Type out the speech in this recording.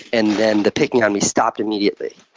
and then the picking on me stopped immediately.